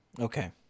Okay